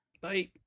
Bye